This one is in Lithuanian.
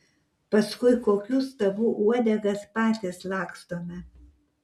paskui kokių stabų uodegas patys lakstome